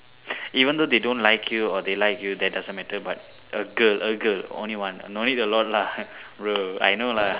even though they don't like you or they like you that doesn't matter but a girl a girl only one no need a lot lah bro I know lah